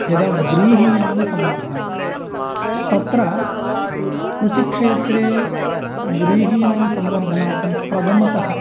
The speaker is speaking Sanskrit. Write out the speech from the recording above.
यदा व्रीहीणां संवर्धनम् तत्र कृषिक्षेत्रे व्रीहीणां संवर्धनार्थं प्रथमतः